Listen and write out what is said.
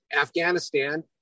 Afghanistan